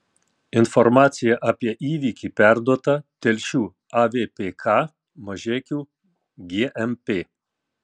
informacija apie įvykį perduota telšių avpk mažeikių gmp